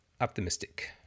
optimistic